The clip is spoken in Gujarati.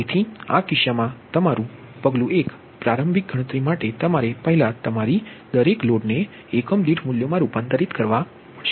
તેથી આ કિસ્સામાં તમારું પગલું 1 પ્રારંભિક ગણતરી માટે તમારે પહેલા તમારી દરેક લોડ ને એકમ દીઠ મૂલ્યોમાં રૂપાંતરિત કરવા પડશે